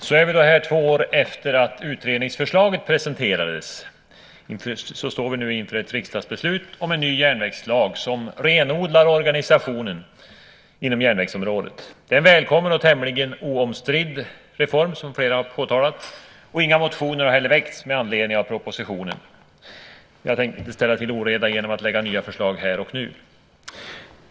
Fru talman! Två år efter det att utredningsförslaget presenterades står vi nu inför ett riksdagsbeslut om en ny järnvägslag som renodlar organisationen inom järnvägsområdet. Det är en välkommen och tämligen oomstridd reform, som flera har påtalat, och inga motioner har heller väckts med anledning av propositionen. Jag tänker inte ställa till oreda genom att lägga fram nya förslag här och nu.